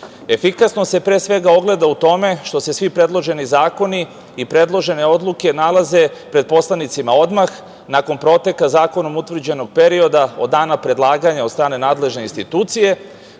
Efikasnost se pre svega ogleda u tome što se svi predloženi zakoni i predložene odluke nalaze pred poslanicima odmah nakon proteka zakonom utvrđenog perioda od dana predlaganja od strane nadležne institucije,